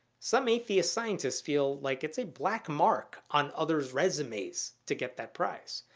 some atheist scientists feel like it's a black mark on others' resumes to get that prize.